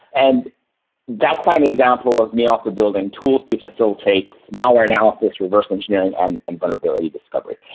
and that's kind of an example of me also building tools to facilitate malware analysis, reverse engineering and and vulnerability discovery.